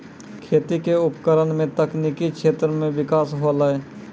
खेती क उपकरण सें तकनीकी क्षेत्र में बिकास होलय